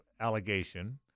allegation